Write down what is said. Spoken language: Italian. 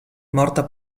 morta